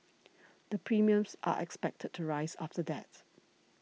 the premiums are expected to rise after that